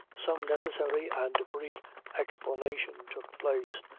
some necessary and brief explanation took place,